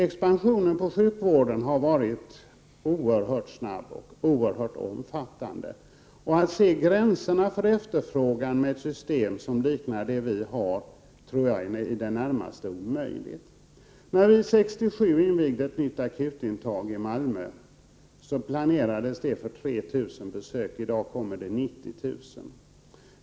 Expansionen inom sjukvården har varit oerhört snabb och oerhört omfattande. Att se gränserna för efterfrågan med ett system som liknar det vi har tror jag är i det närmaste omöjligt. När vi 1967 invigde ett nytt akutintag i Malmö planerades det för 3 000 besök. I dag kommer 90 000.